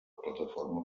plataforma